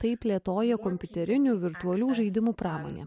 tai plėtoja kompiuterinių virtualių žaidimų pramonė